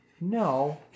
no